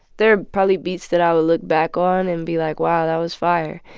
there are probably beats that i would look back on and be like, wow, that was fire.